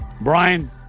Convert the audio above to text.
Brian